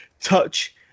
touch